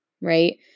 right